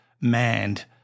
manned